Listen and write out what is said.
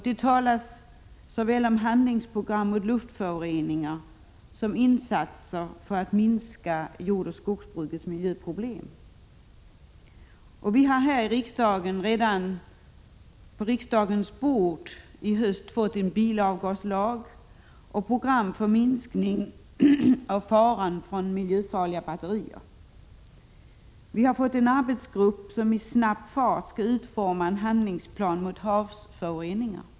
Det talas om såväl handlingsprogram mot luftföroreningar som insatser för att minska jordoch skogsbrukets miljöproblem. På riksdagens bord ligger redan en ny bilavgaslag och program för minskning av faran från miljöfarliga batterier. Vi har fått en arbetsgrupp som utan dröjsmål skall utforma en handlingsplan när det gäller havsföroreningar.